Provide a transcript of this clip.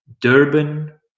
Durban